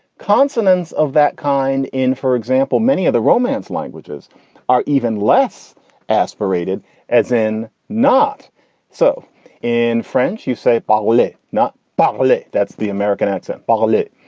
consonants of that kind in for example, many of the romance languages are even less aspirated as in not so in french. you say, ah well, if not properly. that's the american accent. barlett,